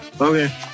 Okay